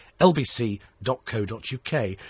lbc.co.uk